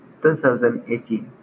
2018